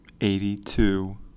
Eighty-two